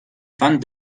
van